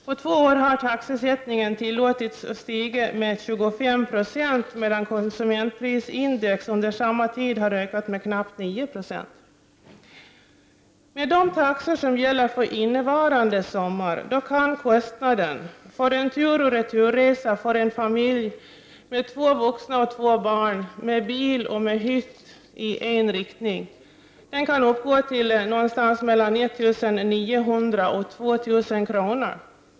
På två år har taxesättningen tillåtits stiga med 25 26, medan konsumentprisindex under samma tid har ökat med knappt 9 9o. i en riktning uppgå till 1 900-2 000 kr.